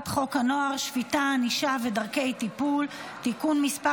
(שפיטה, ענישה ודרכי טיפול) (תיקון מס'